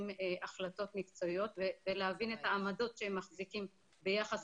החלטות מקצועיות ולהבין את העמדות שהם מחזיקים ביחס